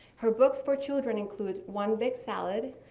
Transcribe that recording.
her books for children include one big salad,